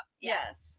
Yes